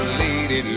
lady